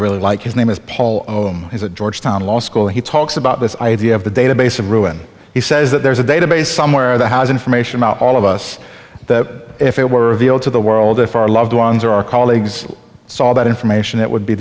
really like his name is paul he's a georgetown law school and he talks about this idea of the database of ruin he says that there's a database somewhere that has information about all of us that if it were revealed to the world if our loved ones or our colleagues saw that information it would be